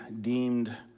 deemed